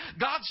God's